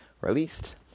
released